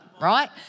right